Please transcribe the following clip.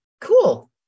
Cool